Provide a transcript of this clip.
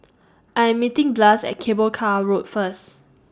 I Am meeting glass At Cable Car Road First